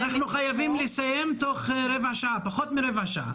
אנחנו חייבים לסיים תוך פחות מרבע שעה.